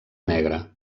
negre